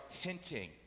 hinting